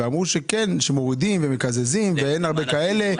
ואמרו שמורידים ומקזזים ואין הרבה כאלה,